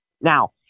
Now